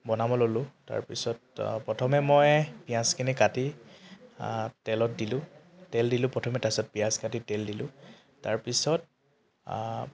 বনাব ল'লোঁ তাৰপিছত প্ৰথমে মই পিঁয়াজখিনি কাটি তেলত দিলোঁ তেল দিলোঁ প্ৰথমে তাৰছত পিঁয়াজ কাটি তেল দিলোঁ তাৰপিছত